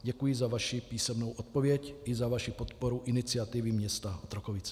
Děkuji za vaši písemnou odpověď i za vaši podporu iniciativy města Otrokovic.